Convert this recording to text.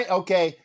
okay